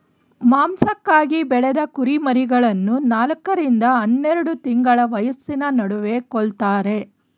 ಮಾಂಸಕ್ಕಾಗಿ ಬೆಳೆದ ಕುರಿಮರಿಗಳನ್ನು ನಾಲ್ಕ ರಿಂದ ಹನ್ನೆರೆಡು ತಿಂಗಳ ವಯಸ್ಸಿನ ನಡುವೆ ಕೊಲ್ತಾರೆ